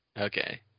Okay